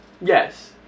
Yes